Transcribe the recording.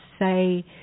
say